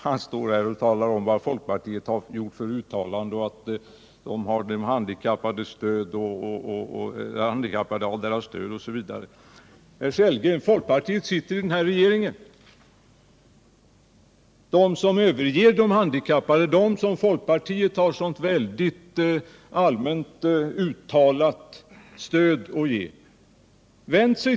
Han berättade här vilka uttalanden folkpartiet gjort, att de handikappade har folkpartiets stöd, osv. Men, herr Sellgren, folk partiet sitter i den nuvarande regeringen. Den regeringen överger de handikappade, som folkpartiet genom sina allmänna uttalanden vill ge sitt stöd.